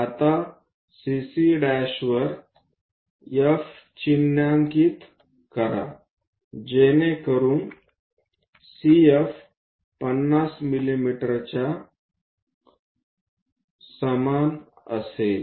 आता CC' वर F चिन्हांकित करा जेणेकरून CF 50 मिमीच्या समान असेल